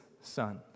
Son